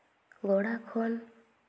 ᱜᱚᱲᱟ ᱠᱷᱚᱱ